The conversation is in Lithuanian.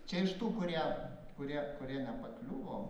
čia iš tų kurie kurie kurie nepakliuvo